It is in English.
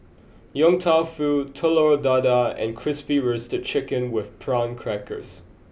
Yong Tau Foo Telur Dadah and Crispy Roasted Chicken with prawn crackers